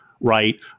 right